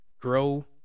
grow